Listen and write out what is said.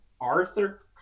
Arthur